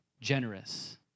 Generous